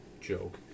joke